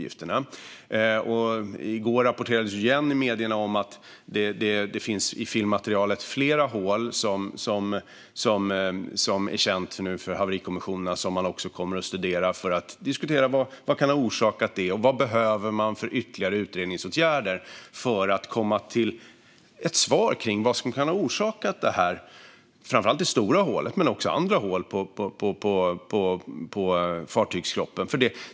I går rapporterade medierna att det i filmmaterialet finns fler hål, vilket nu är känt för haverikommissionerna och som man kommer att studera för att diskutera vad som kan ha orsakat det och vad man behöver för ytterligare utredningsåtgärder för att komma fram till ett svar på vad som kan ha orsakat framför allt det stora hålet men också andra hål i fartygskroppen.